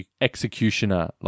executioner